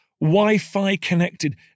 Wi-Fi-connected